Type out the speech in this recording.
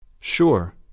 Sure